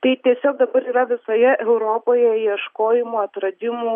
tai tiesiog dabar yra visoje europoje ieškojimų atradimų